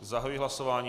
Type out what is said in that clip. Zahajuji hlasování.